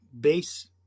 base